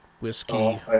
whiskey